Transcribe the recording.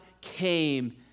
came